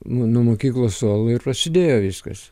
nu nuo mokyklos suolo ir prasidėjo viskas